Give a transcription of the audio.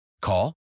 Call